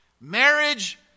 Marriage